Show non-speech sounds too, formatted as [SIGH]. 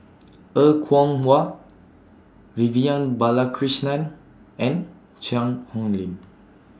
[NOISE] Er Kwong Wah Vivian Balakrishnan and Cheang Hong Lim